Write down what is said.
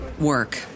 work